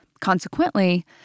Consequently